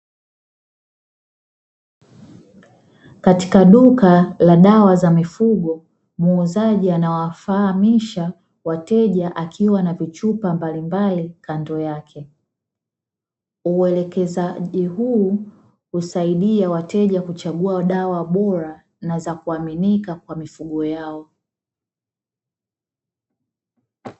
Katika duka la dawa za mifugo muuzaji anawafahamisha wateja akiwa na vichupa mbalimbali kando yake. Uelekezaji huu husaidia wateja dawa bora na za kuamika kwa mifugo yao.